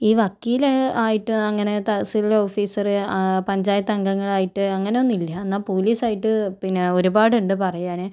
ഈ വക്കീല് ആയിട്ട് അങ്ങനെ തഹസീലില് ഓഫീസറ് പഞ്ചായത്ത് അംഗങ്ങളായിട്ട് അങ്ങനൊന്നും ഇല്ല എന്നാൽ പോലീസായിട്ട് പിന്നെ ഒരുപാടുണ്ട് പറയാന്